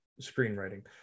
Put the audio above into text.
screenwriting